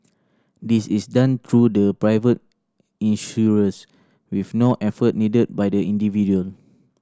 this is done through the private insurers with no effort needed by the individual